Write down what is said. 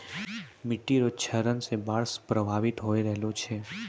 मिट्टी रो क्षरण से बाढ़ प्रभावित होय रहलो छै